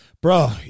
Bro